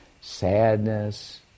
sadness